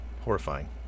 horrifying